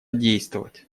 действовать